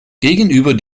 gegenüber